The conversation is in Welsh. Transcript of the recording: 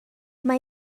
mae